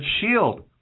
Shield